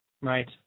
Right